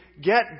get